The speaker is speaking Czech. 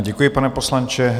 Děkuji, pane poslanče.